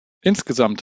insgesamt